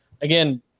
Again